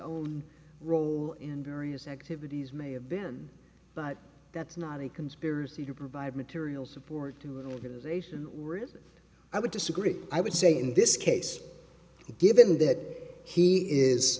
own role in various activities may have been but that's not a conspiracy to provide material support to realization were i would disagree i would say in this case given that he is